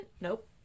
Nope